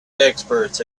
experts